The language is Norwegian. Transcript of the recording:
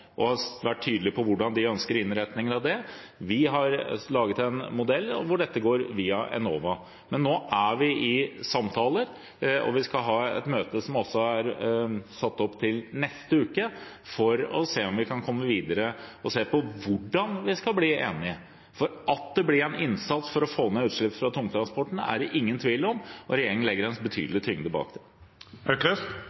og har vært tydelig på hvordan de ønsker innretningen på det. Vi har laget en modell hvor dette går via Enova. Men nå er vi i samtaler, og vi skal ha et møte neste uke for å se om vi kan komme videre, og se på hvordan vi skal bli enige. At det blir en innsats for å få ned utslippene fra tungtransporten, er det ingen tvil om, og regjeringen legger